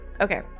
Okay